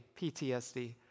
PTSD